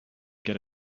get